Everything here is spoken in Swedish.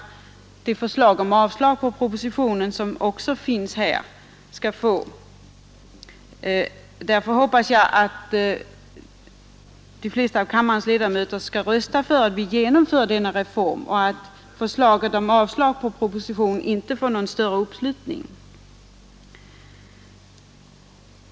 Därför hoppas jag att de flesta av kammarens ledamöter skall rösta för ett genomförande av denna reform och att förslaget om avslag på propositionen inte får någon större anslutning.